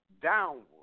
downward